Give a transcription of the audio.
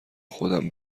خودم